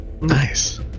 Nice